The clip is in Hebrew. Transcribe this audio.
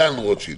דן רוטשילד,